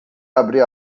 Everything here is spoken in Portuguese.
abrir